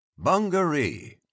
Bungaree